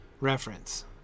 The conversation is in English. reference